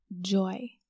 joy